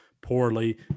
poorly